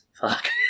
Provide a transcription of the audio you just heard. Fuck